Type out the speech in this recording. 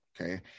Okay